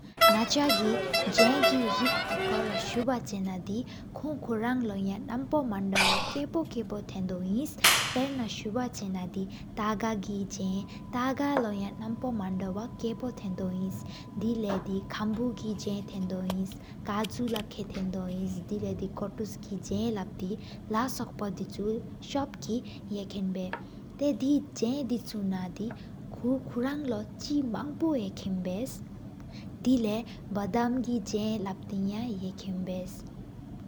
ནག་མཆའ་གྱི་རིག་འདེབས་ཡོད་དེ་ལོ་བཅུ་ཡོད་དེ་ཨ་ན། ལྷུ་ཁུ་རང་ལོ་ཡ་ནམས་པོ་མང་པོ་འོ་ཀ་པོ། ཀ་པོ་གཅིག་རྟེན་དོ་ཨིན། པར་ན་ལོ་བཅུ་ཡོད་དེ་ཐགས་གྱི་རིག། ཐགས་ལོ་ཡ་ནམས་པ་མང་དྲགས་པོ་འོ་ཀ་བོ་རྟེན་རྟེན་འོིན། དེ་ལས་དེ་ཁཾ་སྦུ་གི་རིག་རྟེན་རྟེན་འོིན། དེ་ལས་སྐ་བཆན་རྟེན་གཟན་རྟེན་འོིན། དེ་ལས་བྱིུ་གི་རིག་རྟེན་གསལ་གསལ་རྟེན་འོིན། དེ་ལ་སོག་པོ་དོད་རེ་བྱི་གྱི་གཅིཊེན་ལས། ཏེ་དེ་རྟང་གཅིག་དོད་ལོ་གློས་ཡང་ཀབ་ལོ་ཁྲད། དེ་ཅིག་དོགས་པོ་ཡང་གཅིག་ལེས། དེ་ལགས་བདམ་གི་རིག་རྟེན་ལགས་ཧང་ཕྲ་རླགས་ཡེ་གས།